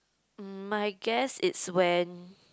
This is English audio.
mm my guess it's when